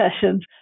sessions